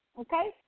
Okay